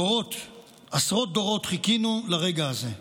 עשרות דורות חיכינו לרגע הזה.